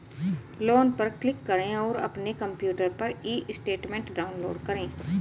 loan पर click करें और अपने कंप्यूटर पर ई स्टेटमेंट डाउनलोड करें